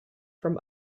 from